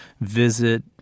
visit